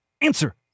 Answer